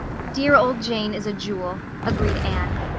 dear old jane is a jewel, agreed anne,